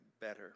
better